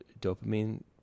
dopamine